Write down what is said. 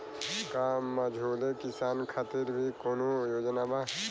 का मझोले किसान खातिर भी कौनो योजना बा?